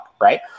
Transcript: right